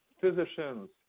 physicians